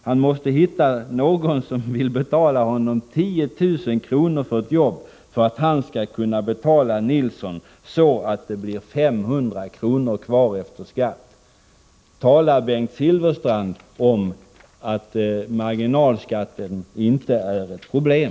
Han måste hitta någon som vill betala honom 10 000 för ett jobb för att han skall kunna betala Nilsson så mycket att det blir 500 kr. kvar efter skatt. Talar Bengt Silfverstrand om att marginalskatten inte är ett problem?